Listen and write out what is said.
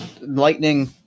Lightning